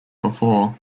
before